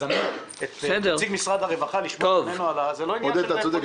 לזמן את נציג משרד הרווחה לשמוע ממנו --- אתה צודק,